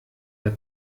der